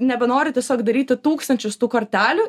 nebenori tiesiog daryti tūkstančius tų kortelių